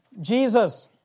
Jesus